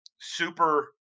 super